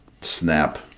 snap